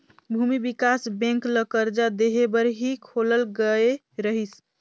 भूमि बिकास बेंक ल करजा देहे बर ही खोलल गये रहीस